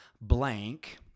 blank